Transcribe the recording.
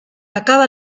acaba